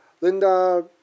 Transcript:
Linda